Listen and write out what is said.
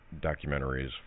documentaries